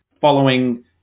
following